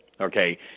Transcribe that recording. Okay